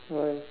why